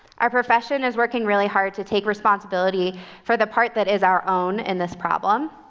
our profession is working really hard to take responsibility for the part that is our own in this problem.